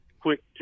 quick